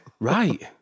right